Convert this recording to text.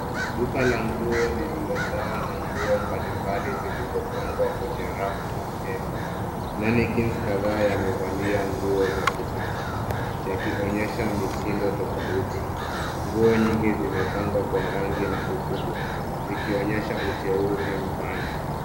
Duka la nguo lililojaa na nguo mbalimbali zilizopangwa kwa rafu na stendi mannequins kadhaa wamevalia nguo za kisasa yakionyesha mitindo tofauti. Nguo nyingi zimepangwa Kwa rangi na ukubwa zikionyesha uteuzi mpana.